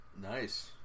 nice